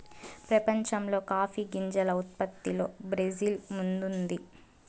ప్రపంచంలో కాఫీ గింజల ఉత్పత్తిలో బ్రెజిల్ ముందుంది